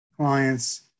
clients